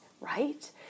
right